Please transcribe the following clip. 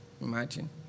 Imagine